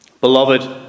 Beloved